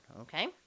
okay